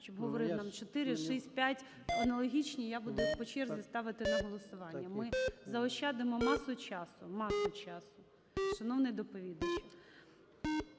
щоб говорив нам 4, 6, 5 аналогічні, я буду їх по черзі ставити на голосування. Ми заощадимо масу часу. Масу часу, шановний доповідачу.